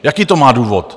Jaký to má důvod?